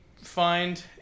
Find